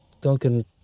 Duncan